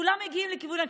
כולם מגיעים לכנסת,